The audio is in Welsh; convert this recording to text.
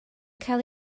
cael